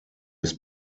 his